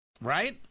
Right